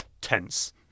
Tense